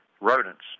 Rodents